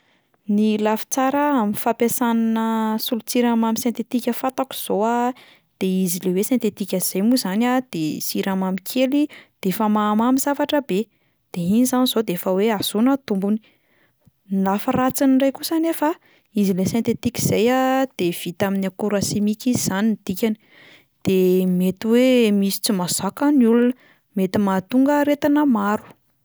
Ny lafy tsara amin'ny fampiasana solon-tsiramamy sentetika fantako zao a, de izy le hoe sentetika zay moa zany a, de siramamy kely de efa mahamamy zavatra be, de iny zany zao de efa hoe ahazoana tombony, ny lafy ratsiny indray kosa anefa, izy le sentetika zay a de vita amin'ny akora simika izy zany ny dikany, de mety hoe misy tsy mazaka ny olona, mety mahatonga aretina maro.